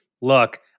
look